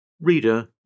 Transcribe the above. Reader